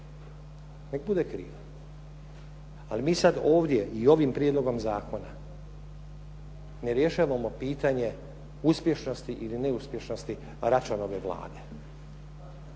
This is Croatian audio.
Neka bude kriva. Ali mi sad ovdje i ovim prijedlogom zakona ne rješavamo pitanje uspješnosti ili neuspješnosti Račanove Vlade